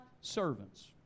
servants